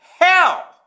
hell